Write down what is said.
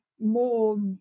More